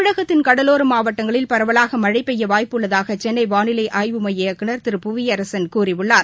தமிழகத்தின் கடலோர மாவட்டங்களில் பரவலாக மழை பெய்ய வாய்ப்பு உள்ளதாக சென்னை வானிலை இயக்குநர் ஆய்வு மைய திரு புவியரசன் கூறியுள்ளார்